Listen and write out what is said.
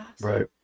Right